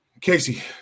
Casey